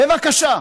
בבקשה.